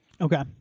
Okay